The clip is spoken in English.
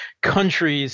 countries